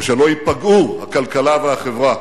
או שלא ייפגעו, הכלכלה והחברה.